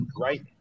right